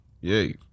Yay